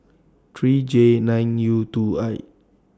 three J nine U two I